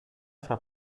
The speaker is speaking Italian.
fra